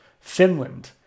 Finland